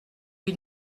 lui